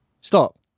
Stop